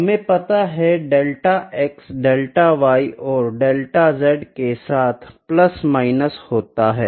हमे पता है डेल्टा x डेल्टा y और डेल्टा z के साथ प्लस माइनस होता है